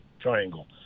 triangle